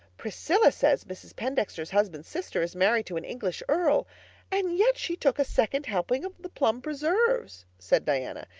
priscilla says mrs. pendexter's husband's sister is married to an english earl and yet she took a second helping of the plum preserves, said diana,